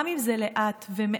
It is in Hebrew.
גם אם זה לאט ומעט,